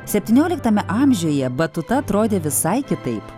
septynioliktame amžiuje batuta atrodė visai kitaip